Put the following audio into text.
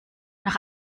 nach